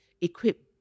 equipped